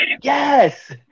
Yes